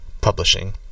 publishing